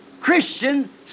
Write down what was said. Christian